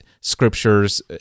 scriptures